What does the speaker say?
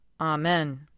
Amen